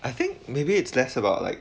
I think maybe it's less about like